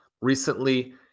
recently